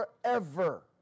forever